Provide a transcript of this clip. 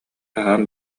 аһаан